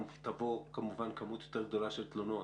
תבוא כמובן כמות יותר גדולה של תלונות.